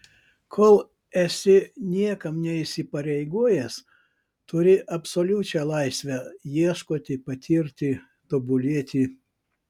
kol esi niekam neįsipareigojęs turi absoliučią laisvę ieškoti patirti tobulėti